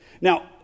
Now